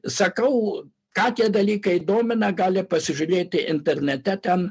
sakau ką tie dalykai domina gali pasižiūrėti internete ten